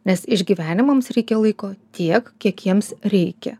nes išgyvenimams reikia laiko tiek kiek jiems reikia